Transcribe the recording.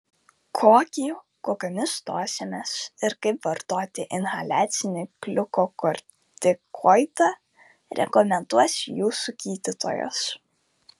kokį kokiomis dozėmis ir kaip vartoti inhaliacinį gliukokortikoidą rekomenduos jūsų gydytojas